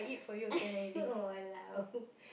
!walao!